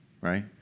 right